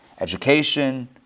Education